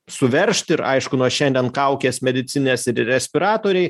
suveržt ir aišku nuo šiandien kaukės medicininės ir respiratoriai